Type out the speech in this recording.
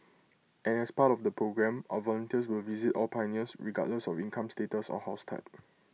and as part of the programme our volunteers will visit all pioneers regardless of income status or house type